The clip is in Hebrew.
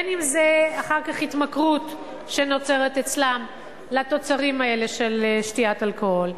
בין שזה אחר כך התמכרות שנוצרת אצלם לתוצרים האלה של שתיית אלכוהול,